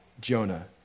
Jonah